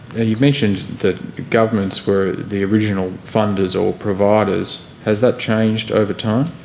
and you've mentioned that governments were the original funders or providers. has that changed over time?